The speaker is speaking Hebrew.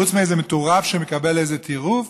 חוץ מאיזה מטורף שמקבל איזה טירוף?